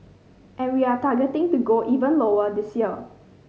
and we are targeting to go even lower this year